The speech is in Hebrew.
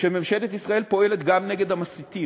שממשלת ישראל פועלת גם נגד המסיתים.